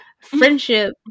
friendship